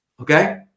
Okay